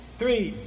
three